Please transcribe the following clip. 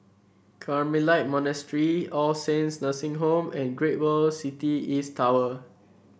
Carmelite Monastery All Saints Nursing Home and Great World City East Tower